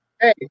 Hey